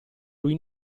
lui